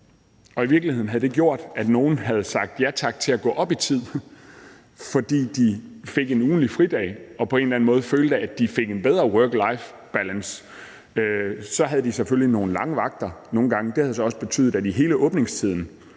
Og i virkeligheden havde det gjort, at nogle havde sagt ja tak til at gå op i tid, fordi de fik en ugentlig fridag og på en eller anden måde følte, at de fik en bedre work-life-balance. Så havde de selvfølgelig nogle lange vagter nogle gange, og det betød jo så også, at der i hele åbningstiden